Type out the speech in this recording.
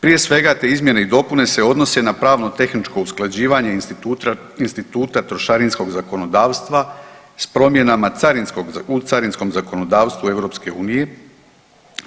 Prije svega te izmjene i dopune se ne odnose na pravno-tehničko usklađivanje instituta trošarinskog zakonodavstva s promjenama u carinskom zakonodavstvu EU-a.